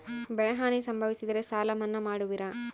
ಬೆಳೆಹಾನಿ ಸಂಭವಿಸಿದರೆ ಸಾಲ ಮನ್ನಾ ಮಾಡುವಿರ?